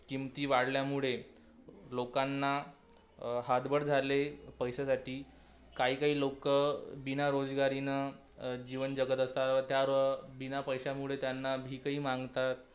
किंमती वाढल्यामुळे लोकांना हतबल झाले पैशासाठी काही काही लोकं बिना रोजगारानं जीवन जगत असतात त्या र बिना पैशामुळे त्यांना भिकही मागतात